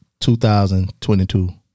2022